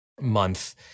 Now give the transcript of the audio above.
month